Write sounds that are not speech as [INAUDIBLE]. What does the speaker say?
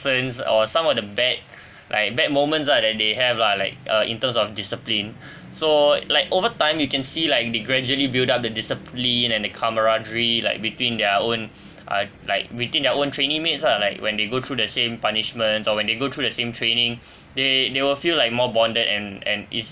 nonsense or some of the bad like bad moments lah that they have lah like uh in terms of discipline [BREATH] so like over time you can see like they gradually build up the discipline and the camaraderie like between their own [BREATH] uh like within their own trainee mates lah like when they go through the same punishments or when they go through the same training they they will feel like more bonded and and it's